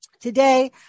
Today